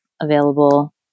available